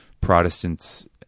Protestants